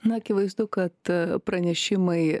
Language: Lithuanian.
akivaizdu kad pranešimai